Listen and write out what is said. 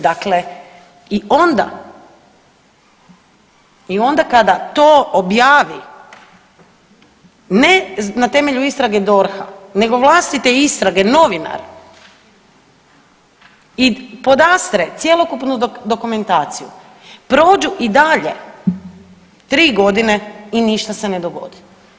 Dakle i onda kada to objavi ne na temelju istrage DORH-a, nego vlastite istrage novinar i podastre cjelokupnu dokumentaciju prođu i dalje tri godine i ništa se ne dogodi.